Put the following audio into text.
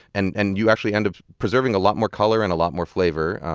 and and you actually end up preserving a lot more color and a lot more flavor.